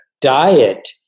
diet